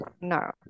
no